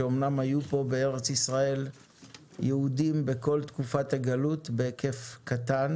שאמנם היו פה בארץ ישראל יהודים בכל תקופת הגלות בהיקף קטן